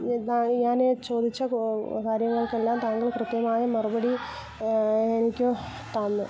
ഇതായി ഞാന് ചോദിച്ച കാര്യങ്ങൾക്കെല്ലാം താങ്കൾ കൃത്യമായ മറുപടി എനിക്ക് തന്നു